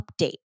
update